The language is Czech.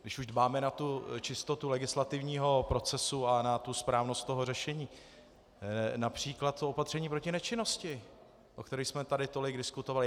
Když už dbáme na čistotu legislativního procesu a na správnost toho řešení, například co opatření proti nečinnosti, o kterých jsme tady tolik diskutovali?